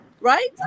Right